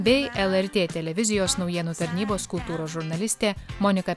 bei lrt televizijos naujienų tarnybos kultūros žurnalistė monika